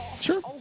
Sure